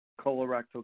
colorectal